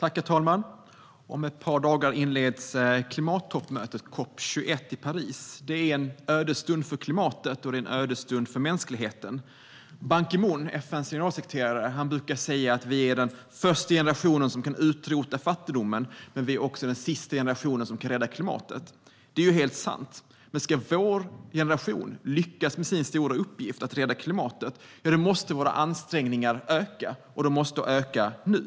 Herr talman! Om ett par dagar inleds klimattoppmötet, COP 21, i Paris. Det är en ödesstund för klimatet, och det är en ödesstund för mänskligheten. Ban Ki Moon, FN:s generalsekreterare, brukar säga att vi är den första generationen som kan utrota fattigdomen men att vi också är den sista generationen som kan rädda klimatet. Det är helt sant. Men om vår generation ska lyckas med sin stora uppgift att rädda klimatet måste våra ansträngningar öka, och de måste öka nu.